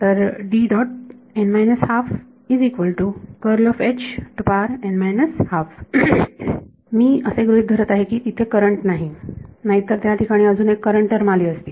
तर मी असे गृहीत धरत आहे की तिथे करंट नाही नाहीतर त्या ठिकाणी अजून एक करंट टर्म आली असती